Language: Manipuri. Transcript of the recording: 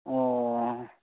ꯑꯣ